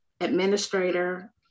administrator